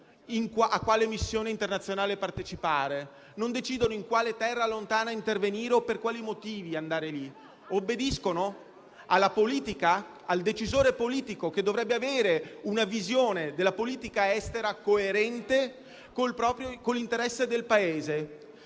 a quale missione internazionale partecipare né in quale terra lontana intervenire o per quali motivi andare lì: obbediscono alla politica - al decisore politico - che dovrebbe avere una visione della politica estera coerente con l'interesse del Paese.